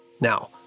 Now